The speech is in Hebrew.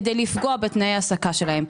כדי לפגוע בתנאי ההעסקה שלהן,